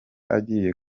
agiye